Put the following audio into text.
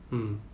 mm